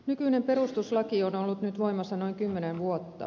nykyinen perustuslaki on ollut nyt voimassa noin kymmenen vuotta